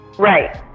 Right